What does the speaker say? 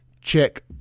check